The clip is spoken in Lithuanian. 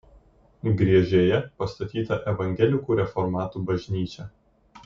griežėje pastatyta evangelikų reformatų bažnyčia